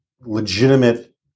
legitimate